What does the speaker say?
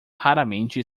raramente